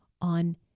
on